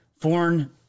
foreign